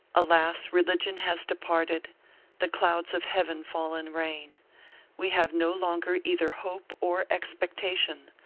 alas! religion has departed the clouds of heaven fall in rain we have no longer either hope or expectation,